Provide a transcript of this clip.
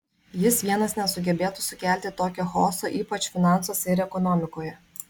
jis vienas nesugebėtų sukelti tokio chaoso ypač finansuose ir ekonomikoje